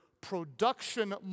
production